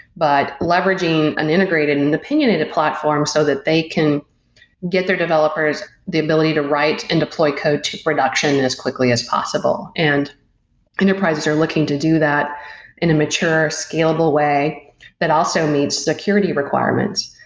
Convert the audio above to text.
but leveraging an integrated and opinionated platform so that they can get their developers the ability to write and deploy code to production and as quickly as possible. and enterprises are looking to do that in a mature, scalable way that also means security requirements.